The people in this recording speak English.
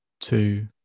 two